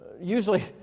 Usually